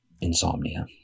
Insomnia